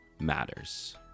matters